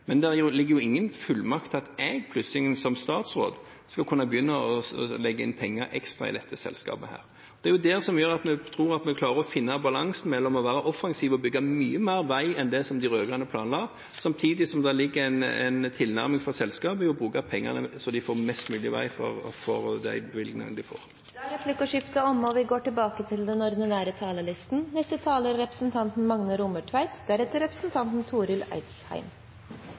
Men det ligger ingen fullmakter der om at jeg som statsråd skal kunne begynne å legge inn ekstra penger i dette selskapet. Det er jo det som gjør at vi tror at vi klarer å finne balansen ved det å være offensiv og bygge mye mer vei enn det som de rød-grønne planla, samtidig som det ligger en tilnærming her fra selskapet om å bruke pengene slik at de får mest mulig vei for de bevilgingene de får. Replikkordskiftet er omme. Eg vil også takka saksordføraren for framlegginga hans og for at han har losa komiteen gjennom denne litt krunglete, smale vegen fram til i dag. Me er